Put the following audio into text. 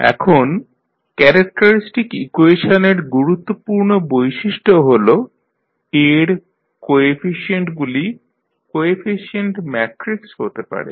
এখন ক্যারেক্টারিস্টিক ইকুয়েশনের গুরুত্বপূর্ণ বৈশিষ্ট্য হল A এর কোএফিশিয়েন্টগুলি কোএফিশিয়েন্ট ম্যাট্রিক্স হতে পারে